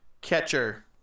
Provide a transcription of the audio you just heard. catcher